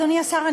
אדוני השר,